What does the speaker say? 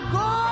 go